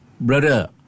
brother